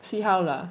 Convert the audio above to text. see how lah